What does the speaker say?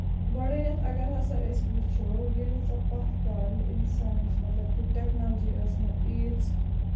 گۄڈٕنیٚتھ اَگر ہسا أسۍ وُچھو ییٚلہِ ہسا پَتھ کالہ اِنسان مطلب کہِ ٹیٚکنالجی ٲسۍ نہٕ ییٖژ